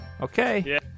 Okay